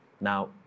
Now